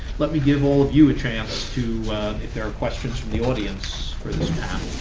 let me give all of you a chance to if there are questions from the audience for this